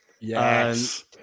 Yes